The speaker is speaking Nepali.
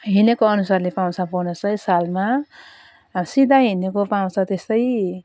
हिँडेको अनुसारले पाउँछ बोनस चाहिँ सालमा सिधै हिँडको पाउँछ त्यस्तै